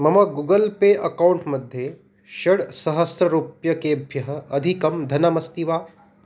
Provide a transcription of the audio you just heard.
मम Google Pay account मध्ये षड् सहस्ररूप्यकेभ्यः अधिकं धनमस्ति वा